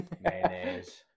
mayonnaise